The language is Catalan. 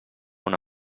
una